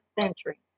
century